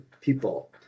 people